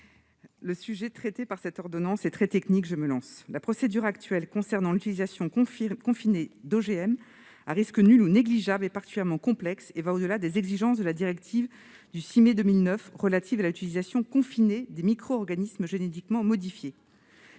Le sujet traité par cette habilitation est très technique. Je me lance ! La procédure actuelle concernant l'utilisation confinée d'OGM à risque nul ou négligeable est particulièrement complexe et va au-delà des exigences de la directive du 6 mai 2009 relative à l'utilisation confinée des micro-organismes génétiquement modifiés.